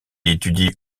étudie